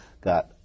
got